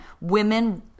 Women